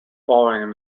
following